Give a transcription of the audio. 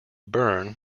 bern